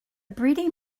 breeding